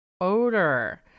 odor